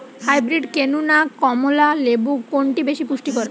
Hybrid কেনু না কমলা লেবু কোনটি বেশি পুষ্টিকর?